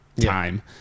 time